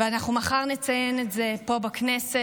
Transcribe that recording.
ומחר אנחנו נציין את זה פה בכנסת,